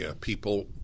people